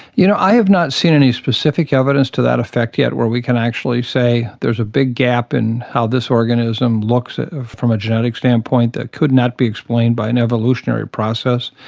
you know, i have not seen any specific evidence to that effect yet where we can actually say there's a big gap in how this organism looks from a genetic standpoint that could not be explained by an evolutionary process,